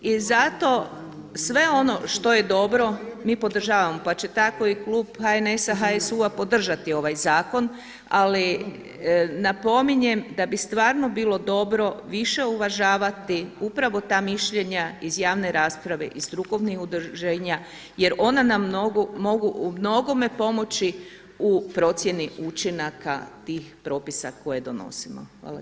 I zato sve ono što je dobro mi podržavamo pa će tako i klub HNS-HSU-a podržati ovaj zakon, ali napominjem da bi stvarno bilo dobro više uvažavati upravo ta mišljenja iz javne rasprave i strukovnih udruženja jer ona nam mogu u mnogome pomoći u procjeni učinaka tih propisa koje donosimo.